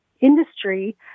industry